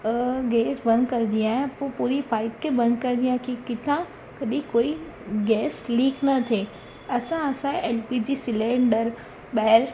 gas बंदि कंदी आहियां पोइ पूरी पाइप खे बंदि कंदी आहियां की किथां कॾहिं कोई गैस लिक न थिए असां असांजे एल पी जी सिलेंडर ॿाहिरि